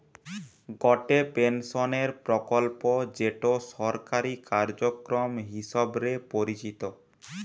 গটে পেনশনের প্রকল্প যেটো সরকারি কার্যক্রম হিসবরে পরিচিত